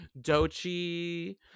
Dochi